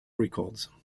records